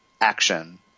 action